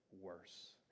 worse